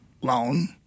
loan